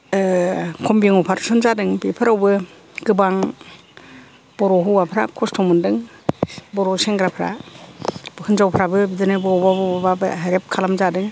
कम्बिं अफारेसन जादों बेफोरावबो गोबां बर' हौवाफोरा कस्त' मोनदों बर' सेंग्राफ्रा हिनजावफ्राबो बिदिनो बबावबा बबावबा रेप खालामजादों